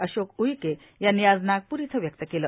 अशोक उईके यांनी आज नागपूर इथं व्यक्त केले